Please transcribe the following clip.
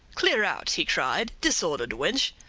clear out! he cried, disordered wench!